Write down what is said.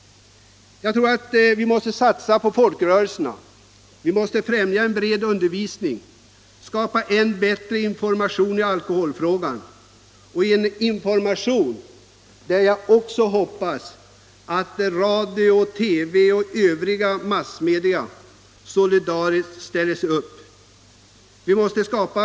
Jag tror att vi måste satsa på folkrörelserna. Vi måste främja en bred undervisning, skapa än bättre information i alkoholfrågan. Jag hoppas att radio och TV och övriga massmedia solidariskt ställer upp i en sådan information.